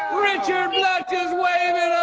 um richard black is wavin'